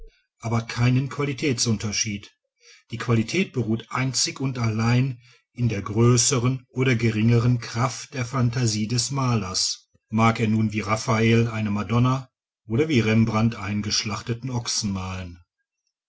aber keinen qualitätsunterschied die qualität beruht einzig und allein in der größeren oder geringeren kraft der phantasie des malers mag er nun wie raffael eine madonna oder wie rembrandt einen